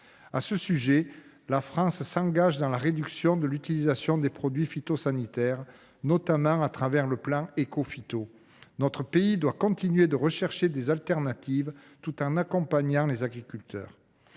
À ce sujet, la France s’engage dans la réduction de l’utilisation des produits phytosanitaires, notamment au travers du plan Écophyto 2030. Notre pays doit continuer à rechercher des solutions de substitution tout en accompagnant les agriculteurs.